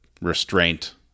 restraint